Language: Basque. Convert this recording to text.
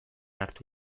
hartu